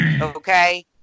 Okay